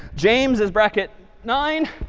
james is bracket nine.